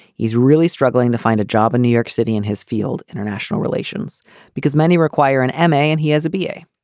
he's really struggling to find a job in new york city in his field international relations because many require an m a. and he has a b a.